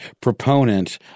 proponent